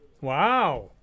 Wow